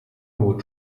will